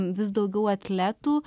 vis daugiau atletų